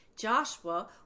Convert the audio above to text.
Joshua